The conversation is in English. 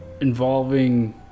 involving